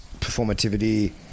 Performativity